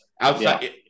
outside